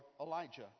Elijah